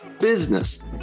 business